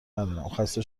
ندارم، خسته